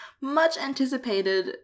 much-anticipated